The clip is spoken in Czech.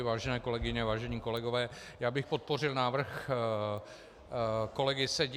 Vážené kolegyně, vážení kolegové, já bych podpořil návrh kolegy Sedi.